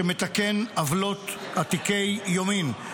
שמתקן עוולות עתיקות יומין.